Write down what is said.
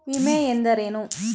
ವಿಮೆ ಎಂದರೇನು?